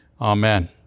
Amen